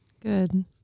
Good